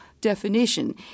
definition